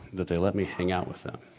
that they let me hang out with them.